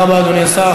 תודה רבה, אדוני השר.